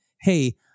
hey